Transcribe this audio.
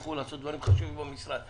שילכו לעשות דברים חשובים במשרד.